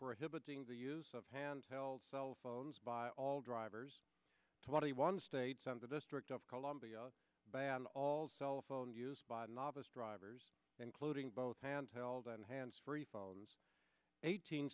prohibiting the use of handheld cell phones by all drivers twenty one states and the district of columbia ban all xylophone used by novice drivers including both handheld and hands free phones eighteen